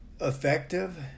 effective